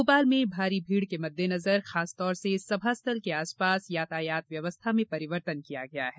भोपाल में भारी भीड़ के मद्देनजर खासतौर से सभास्थल के आसपास यातायात व्यवस्था में परिवर्तन किया गया है